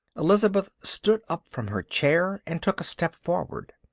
elizabeth stood up from her chair and took a step forward.